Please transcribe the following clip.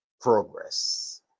progress